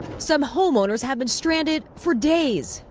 some homeowners have been stranded for days.